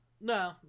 No